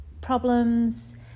problems